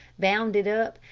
bound it up,